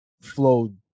flow